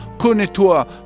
connais-toi